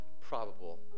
probable